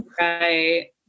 Right